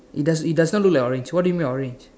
it does it does not look like orange what do you mean by orange